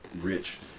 rich